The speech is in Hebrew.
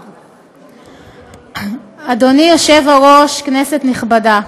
אדוני היושב-ראש, כנסת נכבדה,